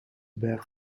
berg